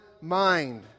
mind